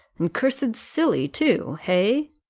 and cursed silly too hey?